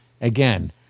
again